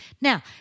Now